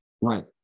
right